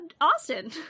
Austin